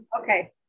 Okay